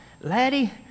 laddie